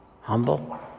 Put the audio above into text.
Humble